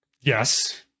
yes